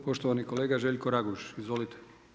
Poštovani kolega Željko Raguž, izvolite.